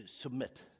submit